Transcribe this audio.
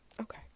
okay